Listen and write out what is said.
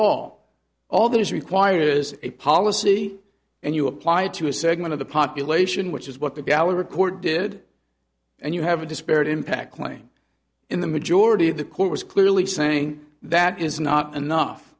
all all that is required is a policy and you apply to a segment of the population which is what the gallup record did and you have a disparate impact claim in the majority of the court was clearly saying that is not enough